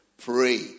Pray